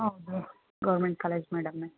ಹೌದು government college ಮೇಡಮ್ಮೆ